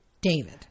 David